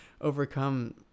overcome